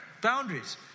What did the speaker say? Boundaries